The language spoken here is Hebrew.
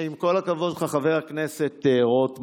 עם כל הכבוד לך, חבר הכנסת רוטמן,